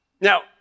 Now